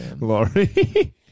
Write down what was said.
Laurie